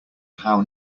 how